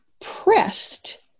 pressed